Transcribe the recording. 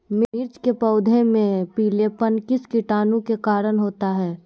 मिर्च के पौधे में पिलेपन किस कीटाणु के कारण होता है?